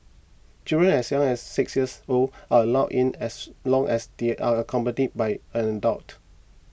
children as young as six years old are allowed in as long as they are accompanied by an adult